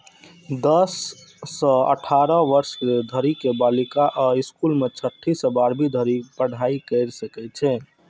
दस सं अठारह वर्ष धरि के बालिका अय स्कूल मे छठी सं बारहवीं धरि पढ़ाइ कैर सकै छै